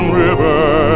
river